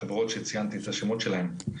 החברות שציינתי את השמות שלהן,